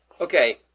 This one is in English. okay